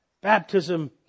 baptism